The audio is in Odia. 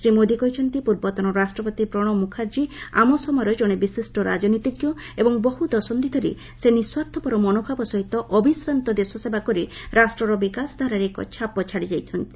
ଶ୍ରୀ ମୋଦି କହିଛନ୍ତି ପୂର୍ବତନ ରାଷ୍ଟ୍ରପତି ପ୍ରଣବ ମ୍ରଖାର୍ଜୀ ଆମ ସମୟର ଜଣେ ବିଶିଷ୍ଟ ରାଜନୀତିଜ୍ଞ ଏବଂ ବହୁ ଦଶନ୍ଧି ଧରି ସେ ନିସ୍ୱାର୍ଥପର ମନୋଭାବ ସହିତ ଅବିଶ୍ରାନ୍ତ ଦେଶସେବା କରି ରାଷ୍ଟ୍ରର ବିକାଶ ଧାରାରେ ଏକ ଛାପ ଛାଡ଼ିଯାଇଛନ୍ତି